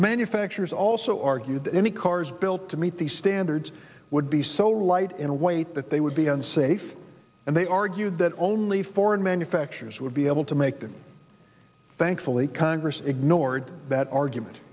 the manufacturers also argued that any cars built to meet the standards would be so light in weight that they would be unsafe and they argued that only foreign manufacturers would be able to make them thankfully congress ignored that argument